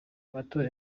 amatora